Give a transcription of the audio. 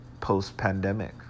post-pandemic